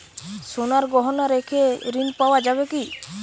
সোনার গহনা রেখে ঋণ পাওয়া যাবে কি?